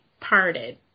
parted